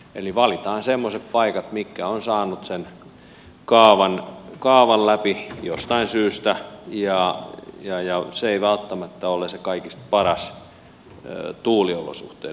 eli valitsemme semmoiset paikat mitkä ovat saaneet sen kaavan läpi jostain syystä ja se ei välttämättä ole se kaikista paras tuuliolosuhteiden perusteella